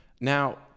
Now